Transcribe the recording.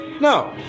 No